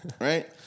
Right